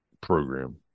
program